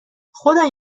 خدای